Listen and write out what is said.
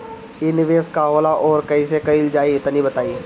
इ निवेस का होला अउर कइसे कइल जाई तनि बताईं?